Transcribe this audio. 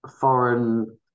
foreign